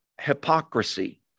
hypocrisy